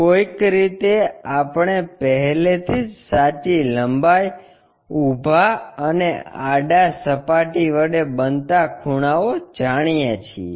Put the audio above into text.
કોઈક રીતે આપણે પહેલેથી જ સાચી લંબાઇ ઊભા અને આડા સપાટી વડે બનતા ખૂણાઓ જાણીએ છીએ